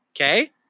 okay